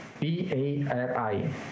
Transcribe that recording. B-A-R-I